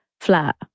flat